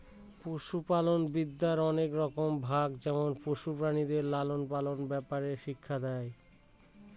পশুপালনবিদ্যার অনেক রকম ভাগ যেখানে পশু প্রাণীদের লালন পালনের ব্যাপারে শিক্ষা দেয়